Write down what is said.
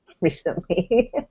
recently